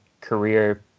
career